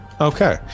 Okay